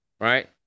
right